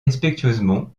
respectueusement